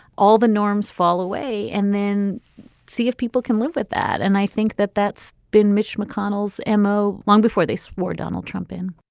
all the norms fall away, and then see if people can live with that. and i think that that's been mitch mcconnell's and mo long before they swore donald trump in